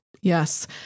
Yes